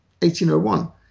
1801